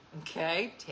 Okay